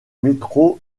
metro